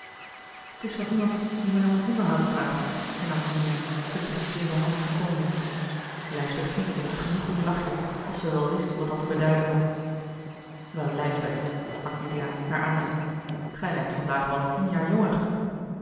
t is van iemand die mij om een onderhoud vraagt hernam juliaan het briefje in de hand verfrommelend lijsbeth knikte met een genoegelijk lachje of zij wel wist wat dat te beduiden had el ijsbeth sprak juliaan haar aanziende gij lijkt vandaag wel tien jaar jonger